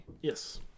Yes